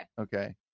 Okay